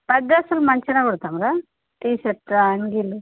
ఆ డ్రెస్సులు మంచిగా కుడుతాం రా టీషర్ట్ అంగీలు